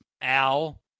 Al